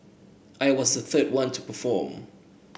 I was the third one to perform